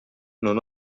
non